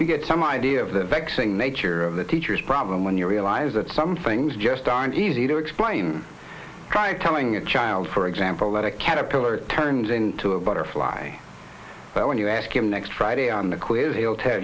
you get some idea of the vexing nature of the teachers problem when you realize that some things just aren't easy to explain try telling a child for example that a caterpillar turns into a butterfly but when you ask him next friday on the quiz he'll tell